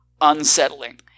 unsettling